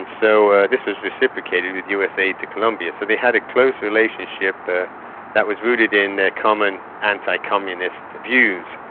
so ah this is reciprocated with us aid to colombia. so they had a close relationship that was rooted in their common anti-communist views.